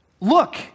Look